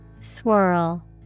Swirl